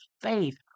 faith